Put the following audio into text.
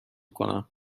کنم